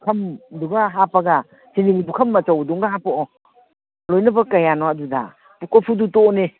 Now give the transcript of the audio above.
ꯄꯨꯈꯝꯗꯨꯒ ꯍꯥꯞꯄꯒ ꯁꯦꯟꯖꯦꯡꯒꯤ ꯄꯨꯈꯝ ꯑꯆꯧꯕꯗꯨꯃꯒ ꯍꯥꯞꯄꯛꯑꯣ ꯂꯣꯏꯅꯕꯛ ꯀꯌꯥꯅꯣ ꯑꯗꯨꯗ ꯀꯣꯔꯐꯨꯗꯨ ꯇꯣꯛꯑꯣꯅꯦ